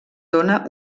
dóna